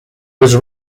was